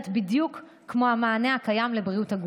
בדיוק כמו המענה הקיים לבריאות הגוף,